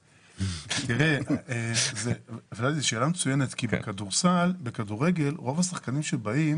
זה שאלה מצוינת כי בכדורגל רוב השחקנים שבאים